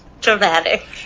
dramatic